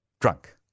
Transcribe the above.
drunk